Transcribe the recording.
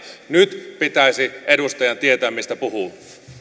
nyt pitäisi edustajan tietää mistä puhuu